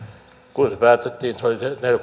kun se päätettiin että se oli se